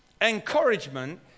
encouragement